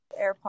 airpods